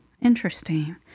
Interesting